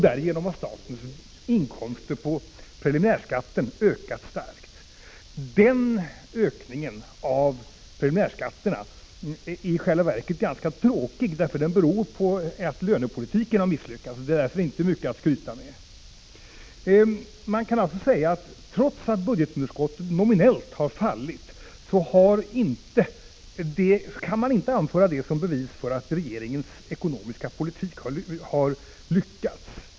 Därigenom har statens inkomster på preliminärskatten ökat starkt. Den ökningen är i själva verket ganska tråkig därför att den beror på att lönepolitiken har misslyckats. Det är därför inte mycket att skryta med. Man kan alltså säga att trots att budgetunderskottet nominellt har minskat, kan man inte anföra det som bevis för att regeringens ekonomiska politik har lyckats.